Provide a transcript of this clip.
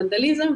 ונדליזם,